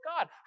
God